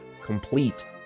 complete